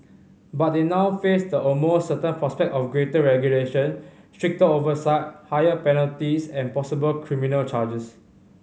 but they now face the almost certain prospect of greater regulation stricter oversight higher penalties and possible criminal charges